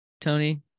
Tony